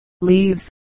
leaves